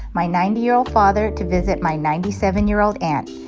my ninety year old father to visit my ninety seven year old aunt.